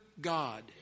God